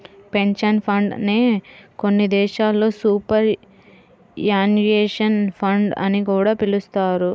pension fund నే కొన్ని దేశాల్లో సూపర్ యాన్యుయేషన్ ఫండ్ అని కూడా పిలుస్తారు